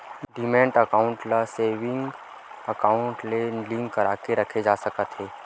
demat account ल saving account ले link करवाके रखे जा सकत हवय